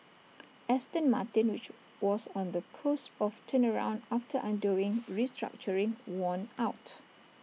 Aston Martin which was on the cusp of turnaround after undergoing restructuring won out